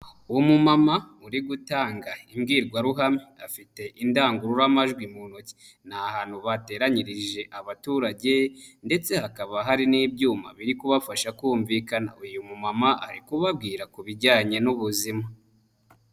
Uwo mumama uri gutanga imbwirwaruhame afite indangururamajwi mu ntoki. Ni ahantu bateranyirije abaturage, ndetse hakaba hari n'ibyuma biri kubafasha kumvikana. Uyu mumama ari kubabwira ku bijyanye n'ubuzima.